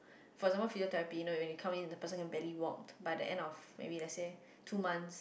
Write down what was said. for example physiotherapy you know when you come in the person can barely walk by the end of maybe let's say two months